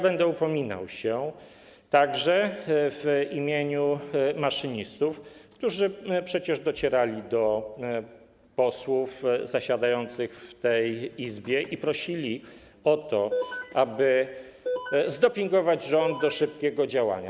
Będę się o to upominał, także w imieniu maszynistów, którzy przecież docierali do posłów zasiadających w tej Izbie i prosili o to, aby zdopingować rząd do szybkiego działania.